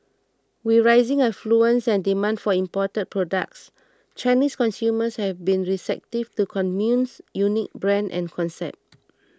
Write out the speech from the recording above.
with rising affluence and demand for imported products Chinese consumers have been receptive to commune's unique brand and concept